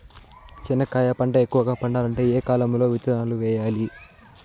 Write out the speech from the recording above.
చెనక్కాయ పంట ఎక్కువగా పండాలంటే ఏ కాలము లో విత్తనాలు వేయాలి?